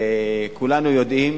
כולנו יודעים